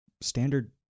standard